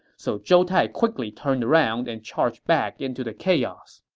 so zhou tai quickly turned around and charged back into the chaos